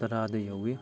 ꯇꯔꯥꯗ ꯌꯧꯏ